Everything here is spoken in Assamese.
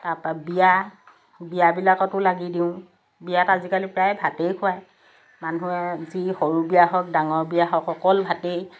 তাৰপৰা বিয়া বিয়াবিলাকতো লাগি দিওঁ বিয়াত আজিকালি প্ৰায় ভাতেই খুৱাই মানুহে যি সৰু বিয়া হওক ডাঙৰ বিয়া হওক অকল ভাতেই